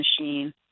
machine